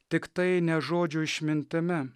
tiktai ne žodžių išmintimi